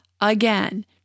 again